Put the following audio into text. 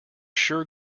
sure